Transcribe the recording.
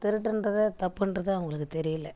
திருடுன்றதே தப்புன்றது அவங்களுக்கு தெரியலை